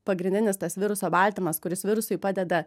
pagrindinis tas viruso baltymas kuris virusui padeda